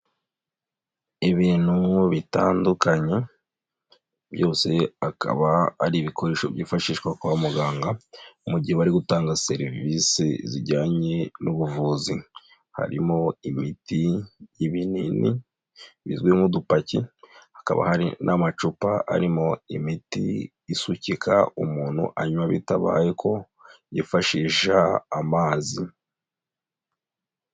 Ibintu bitandukanye, byose akaba ari ibikoresho byifashishwa kwa muganga, mu gihe bari gutanga serivisi zijyanye n'ubuvuzi, harimo imiti, ibinini bizwiriho nk'udupaki, hakaba hari n'amacupa arimo imiti isukika, umuntu anywa bitabaye ngombwa ko yifashisha amazi.